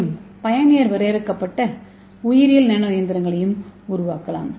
மேலும் பயனர் வரையறுக்கப்பட்ட உயிரியல் நானோ இயந்திரங்களையும் உருவாக்கலாம்